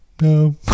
no